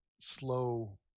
slow